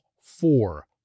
four